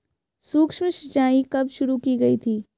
सूक्ष्म सिंचाई कब शुरू की गई थी?